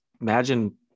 imagine